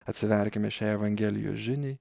atsiverkime šiai evangelijos žiniai